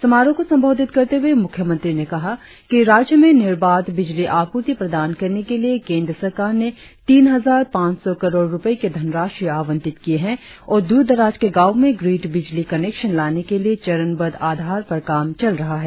समारोह को संबोधित करते हुए मुख्यमंत्री ने कहा कि राज्य में निर्बाध बिजली आपूर्ति प्रदान करने के लिए केंद्र सरकार ने तीन हजार पांच सौ करोड़ रुपए की धनराशि आवंटित किए है और दूर दराज के गांवों में ग्रिड बिजली कनेक्शन लाने के लिए चरणबद्ध आधार पर काम चल रहा है